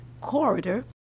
Corridor